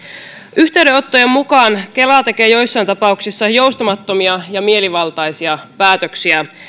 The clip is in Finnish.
yhteydenottojen mukaan kela tekee joissain tapauksissa joustamattomia ja mielivaltaisia päätöksiä